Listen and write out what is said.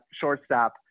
shortstop